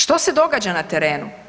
Što se događa na terenu?